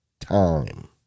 time